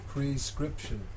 Prescription